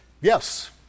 Yes